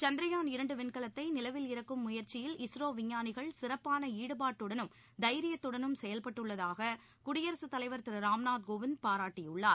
சந்திரயான் இரண்டு விண்கலத்தை நிலவில் இறக்கும் முயற்சியில் இஸ்ரோ விஞ்ஞானிகள் சிறப்பான ஈடுபாட்டனும் தைரியத்துடனும் செயல்பட்டுள்ளதாக குடியரசுத் தலைவர் திரு ராம்நாத் கோவிந்த் பாராட்டியுள்ளார்